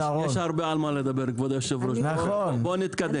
יש הרבה על מה לדבר, כבוד היושב-ראש, בוא נתקדם.